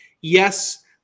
Yes